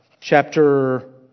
chapter